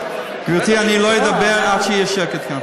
גברתי, אני לא אדבר עד שיהיה שקט כאן.